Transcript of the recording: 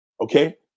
Okay